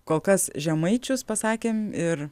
kol kas žemaičius pasakėm ir